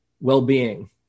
well-being